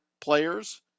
players